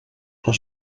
les